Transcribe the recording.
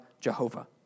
Jehovah